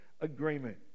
agreement